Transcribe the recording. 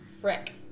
frick